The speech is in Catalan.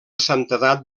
santedat